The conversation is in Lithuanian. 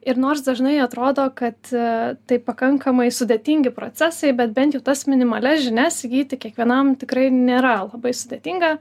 ir nors dažnai atrodo kad tai pakankamai sudėtingi procesai bet bent jau tas minimalias žinias įgyti kiekvienam tikrai nėra labai sudėtinga